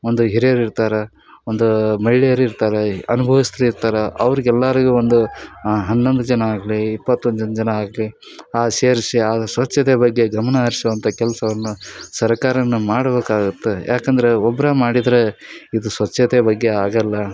ಒಂದು ಹಿರೇರು ಇರ್ತಾರೆ ಒಂದು ಮಹಿಳೆಯರು ಇರ್ತಾರೆ ಅನ್ಭವಸ್ತ್ರು ಇರ್ತಾರೆ ಅವ್ರ್ಗೆ ಎಲ್ಲರಿಗೂ ಒಂದು ಹನ್ನೊಂದು ಜನ ಆಗಲಿ ಇಪ್ಪತ್ತೊಂದು ಜನ ಆಗಲಿ ಆ ಸೇರ್ಸಿ ಆ ಸ್ವಚ್ಛತೆಯ ಬಗ್ಗೆ ಗಮನ ಹರ್ಸುವಂಥ ಕೆಲಸವನ್ನು ಸರ್ಕಾರನೂ ಮಾಡಬೇಕಾಗುತ್ತೆ ಏಕೆಂದ್ರೆ ಒಬ್ಬರೇ ಮಾಡಿದ್ರೆ ಇದು ಸ್ವಚ್ಛತೆಯ ಬಗ್ಗೆ ಆಗೋಲ್ಲ